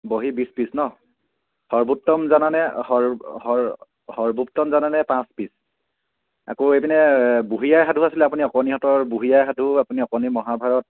বহী বিছ পিচ ন সৰ্বোত্তম জানানেৰৰ সৰ্বোত্তম জানানে পাঁচ পিচ আকৌ এইপিনে বুঢ়ী আই সাধু আছিলে আপুনি অকণীহঁতৰ বুঢ়ী আই সাধু আপুনি অকণিৰ মহাভাৰত